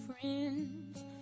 friends